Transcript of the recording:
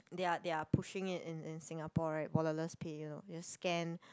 they're they're pushing it in in Singapore right wallet less pay you know you scan